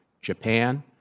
Japan